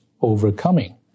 overcoming